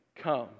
come